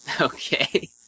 Okay